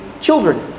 Children